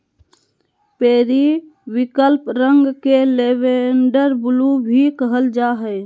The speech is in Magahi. पेरिविंकल रंग के लैवेंडर ब्लू भी कहल जा हइ